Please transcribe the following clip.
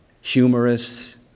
humorous